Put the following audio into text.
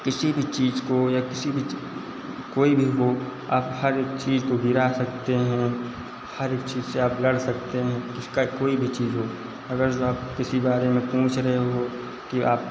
किसी भी चीज़ को या किसी भी कोई भी हो आप हर एक चीज़ को गिरा सकते हैं हर एक चीज़ से आप लड़ सकते हैं किसका कोई भी चीज़ हो अगर जो आप इसी बारे में पूछ रहे हो कि आप